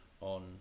on